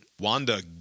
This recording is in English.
Wanda